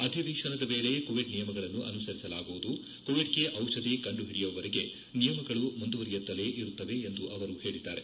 ಅಧಿವೇಶನದ ವೇಳೆ ಕೋವಿಡ್ ನಿಯಮಗಳನ್ನು ಅನುಸರಿಸಲಾಗುವುದು ಕೋವಿಡ್ಗೆ ಚಿಷಧಿ ಕಂಡುಹಿಡಿಯುವವರೆಗೆ ನಿಯಮಗಳು ಮುಂದುವರಿಯುತ್ತಲೇ ಇರುತ್ತವೆ ಎಂದು ಅವರು ಹೇಳಿದ್ದಾರೆ